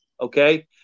okay